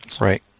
Right